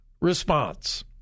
response